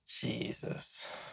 Jesus